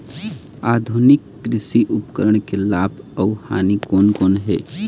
आधुनिक कृषि उपकरण के लाभ अऊ हानि कोन कोन हे?